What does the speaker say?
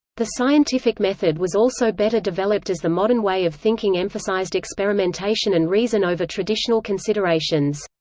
the scientific method was also better developed as the modern way of thinking emphasized experimentation and reason over traditional considerations.